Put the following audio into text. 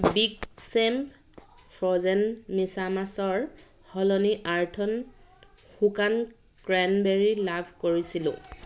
big চেম frozen মিছামাছৰ সলনি আৰ্থ'ন শুকান ক্ৰেনবেৰী লাভ কৰিছিলোঁ